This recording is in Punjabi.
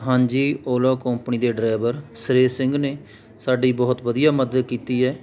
ਹਾਂਜੀ ਓਲਾ ਕੰਪਨੀ ਦੇ ਡਰਾਇਵਰ ਸੁਰੇਸ਼ ਸਿੰਘ ਨੇ ਸਾਡੀ ਬਹੁਤ ਵਧੀਆ ਮਦਦ ਕੀਤੀ ਹੈ